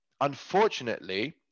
unfortunately